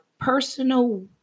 personal